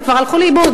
הם כבר הלכו לאיבוד.